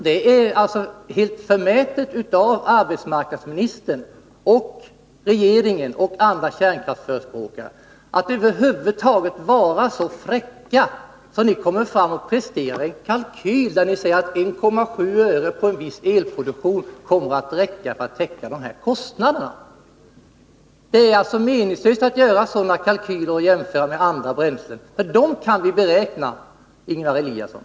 Det är helt förmätet av arbetsmarknadsministern, regeringen och andra kärnkraftsförespråkare att över huvud taget vara så fräcka att ni stiger fram och presenterar en kalkyl, där ni påstår att 1,7 öre på en viss elproduktion kommer att räcka för att täcka dessa kostnader. Det är meningslöst att göra sådana kalkyler och jämföra med andra bränslen, för dem kan vi beräkna, Ingemar Eliasson.